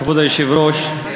כבוד היושב-ראש,